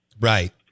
Right